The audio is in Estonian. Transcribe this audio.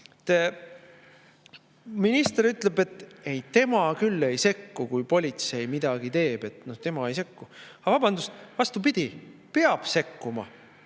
Minister ütleb, et ei, tema küll ei sekku, kui politsei midagi teeb. Tema ei sekku. Aga vabandust, vastupidi, peab sekkuma.